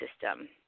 system